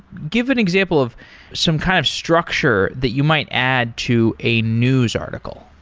give an example of some kind of structure that you might add to a news article.